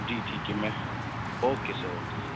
جی ٹھیک ہے میں اوکے سر اوکے سر